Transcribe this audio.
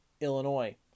Illinois